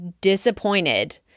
disappointed